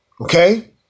Okay